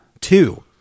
two